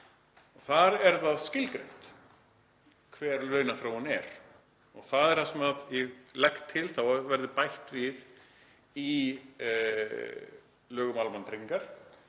Þar er skilgreint hvað launaþróun er og það er það sem ég legg til að verði bætt við í lög um almannatryggingar,